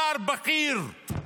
שר בכיר,